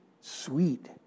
Sweet